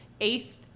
eighth